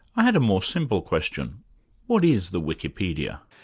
i had a more simple question what is the wikipedia?